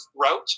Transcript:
route